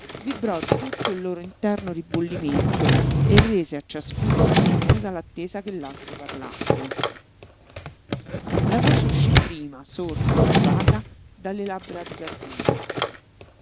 vibrò di tutto il loro interno ribollimento e rese a ciascuno spasimosa l'attesa che l'altro parlasse la voce uscí prima sorda opaca dalle labbra di carlino